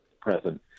present